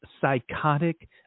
psychotic